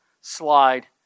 slide